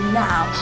now